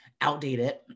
outdated